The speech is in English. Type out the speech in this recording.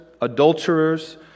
adulterers